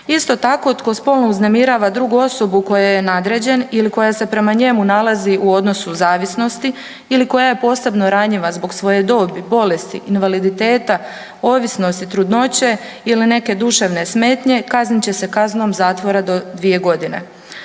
Isto tako tko spolno uznemirava drugu osobu kojoj je nadređen ili koja se prema njemu nalazi u odnosu zavisnosti ili koja je posebno ranjiva zbog svoje dobi, bolesti, invaliditeta, ovisnosti, trudnoće ili neke duševne smetnje kaznit će se kaznom zakona do dvije godine.